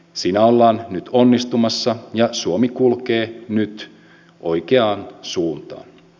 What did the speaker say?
siinä ollaan nyt onnistumassa ja suomi kulkee nyt oikeaan suuntaan